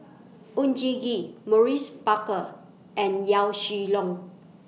Oon Jin Gee Maurice Baker and Yaw Shin Leong